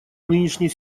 нынешней